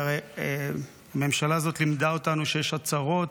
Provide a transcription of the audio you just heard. כי הרי הממשלה הזאת לימדה אותנו שיש הצהרות,